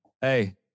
Hey